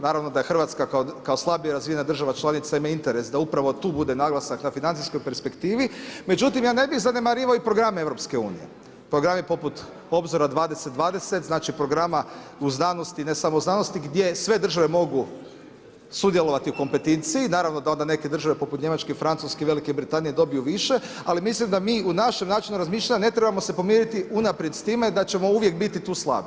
Naravno da je Hrvatska kao slabije razvijena država članica ima interes da upravo tu bude naglasak na financijskoj perspektivi, međutim ja ne bih zanemarivo i programe EU, programe poput Obzora 20-20 znači programa u znanosti i ne samo u znanosti gdje sve države mogu sudjelovati u …, naravno da onda neke države poput Njemačke, Francuske i Velike Britanije dobiju više, ali mislim da mi u našem načinu razmišljanja ne trebamo se pomiriti unaprijed s time da ćemo uvijek biti tu slabi.